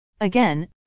Again